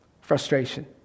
Frustration